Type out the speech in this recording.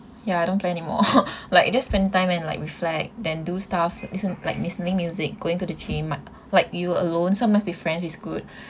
ya I don't play anymore like just spend time and like reflect then do stuff listen like listening music going to the gym like like you alone sometimes with friends is good